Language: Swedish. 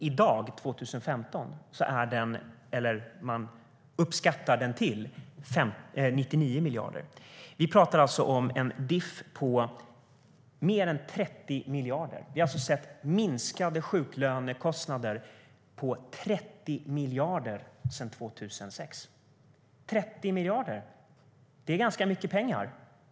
I dag, 2015, uppskattar man den till 99 miljarder. Vi talar alltså om en diff på mer än 30 miljarder; vi har sett minskande sjuklönekostnader på 30 miljarder sedan 2006. 30 miljarder - det är ganska mycket pengar.